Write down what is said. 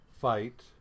fight